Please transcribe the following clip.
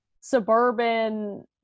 suburban